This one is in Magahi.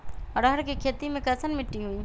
अरहर के खेती मे कैसन मिट्टी होइ?